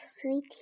sweet